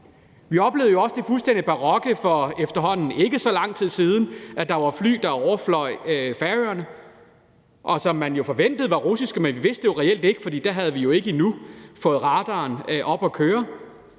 tid siden det fuldstændig barokke, at der var fly, der overfløj Færøerne, og som man jo forventede var russiske, men vi vidste det reelt ikke, for da havde vi endnu ikke fået radaren op at køre.